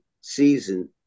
season